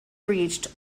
breached